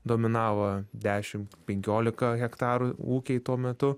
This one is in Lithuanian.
dominavo dešim penkiolika hektarų ūkiai tuo metu